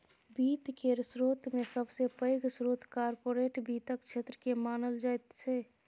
वित्त केर स्रोतमे सबसे पैघ स्रोत कार्पोरेट वित्तक क्षेत्रकेँ मानल जाइत छै